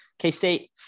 K-State